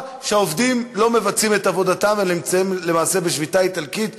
שהעובדים לא מבצעים את עבודתם אלא נמצאים למעשה בשביתה איטלקית,